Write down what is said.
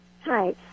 Hi